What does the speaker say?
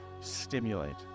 stimulate